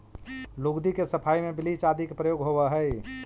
लुगदी के सफाई में ब्लीच आदि के प्रयोग होवऽ हई